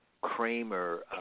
Kramer